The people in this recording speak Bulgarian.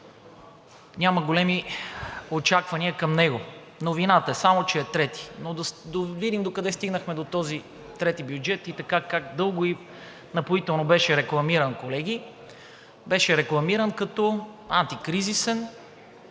няма големи очаквания към него. Новината е само, че е трети. Но да видим как стигнахме до този трети бюджет и така как дълго и напоително беше рекламиран, колеги, а беше рекламиран като антикризисен